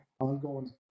ongoing